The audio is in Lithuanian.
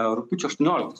rugpjūčio aštuonioliktos